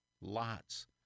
lots